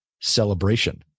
celebration